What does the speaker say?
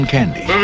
Candy